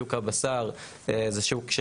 שוק הבשר זה שוק,